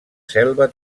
selva